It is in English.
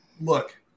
look